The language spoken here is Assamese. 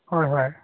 হয় হয়